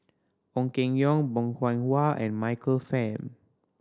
Ong Keng Yong Bong Hiong Hwa and Michael Fam